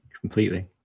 completely